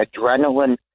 adrenaline